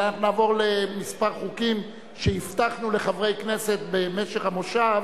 אלא אנחנו נעבור לכמה חוקים שהבטחנו לחברי כנסת במשך המושב